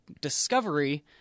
Discovery